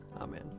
Amen